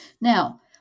Now